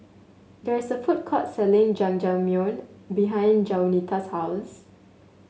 there is a food court selling Jajangmyeon behind Jaunita's house